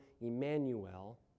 Emmanuel